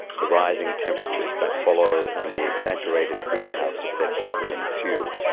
the rising temperatures that follow and the exaggerated greenhouse effect that will ensue,